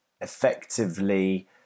effectively